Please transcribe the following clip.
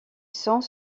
cent